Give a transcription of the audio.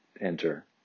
enter